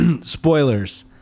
spoilers